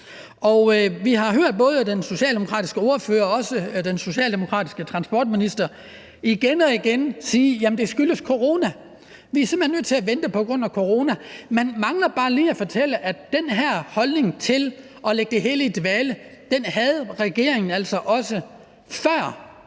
Vi har hørt både den socialdemokratiske ordfører og den socialdemokratiske transportminister igen og igen sige: Jamen det skyldes corona; vi er simpelt hen nødt til at vente på grund af corona. Man mangler bare lige at fortælle, at den her holdning til, at man vil lægge det hele i dvale, havde regeringen altså også, før